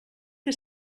que